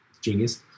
Genius